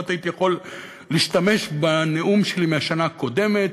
כמעט הייתי יכול להשתמש בנאום שלי מהשנה הקודמת,